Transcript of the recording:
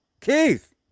Keith